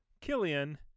Killian